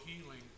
healing